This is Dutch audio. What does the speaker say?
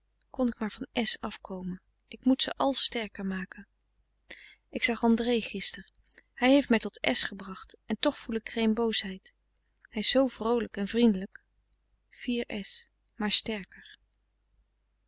kon ik maar van s afkomen ik moet ze al sterker maken ik zag andré gister hij heeft mij tot s gebracht en toch voel ik geen boosheid hij is zoo vroolijk en vriendelijk